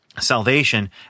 salvation